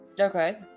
Okay